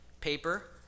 Paper